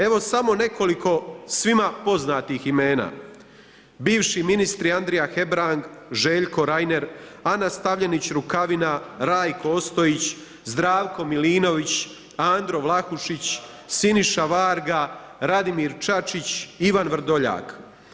Evo, samo nekoliko, svima poznatih imena, bivši ministar Andrija Hembrang, Željko Reiner, Ana Stavljenić Rukavina, Rajko Ostojić, Zdravko Milinović, Andro Vlakušić, Siniša Varga, Radimir Čačić i Ivan Vrdoljak.